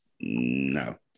No